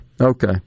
okay